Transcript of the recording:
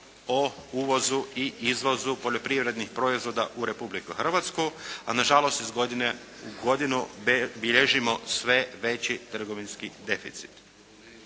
o uvozu i izvozu poljoprivrednih proizvoda u Republiku Hrvatsku a nažalost iz godine u godinu bilježimo sve veći trgovinski deficit.